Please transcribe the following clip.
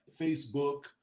Facebook